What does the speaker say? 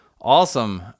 Awesome